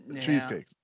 Cheesecake